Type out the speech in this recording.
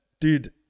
dude